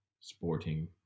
sporting